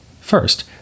First